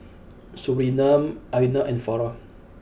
Surinam Aina and Farah